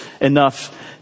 enough